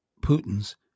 Putin's